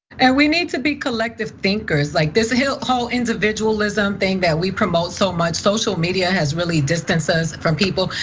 and we need to be collective thinkers, like this whole whole individualism thing that we promote so much, social media has really distanced us from people.